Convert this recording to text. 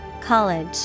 College